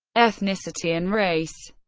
ethnicity and race